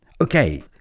Okay